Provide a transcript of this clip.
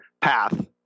path